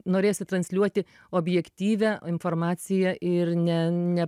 norėjosi transliuoti objektyvią informaciją ir ne ne